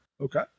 okay